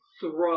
throw